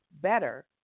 better